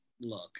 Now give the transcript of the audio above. look